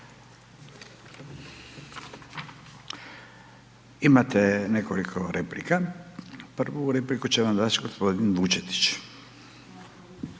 Imate nekoliko replika. Prvu repliku će vam dati g. Vučetić.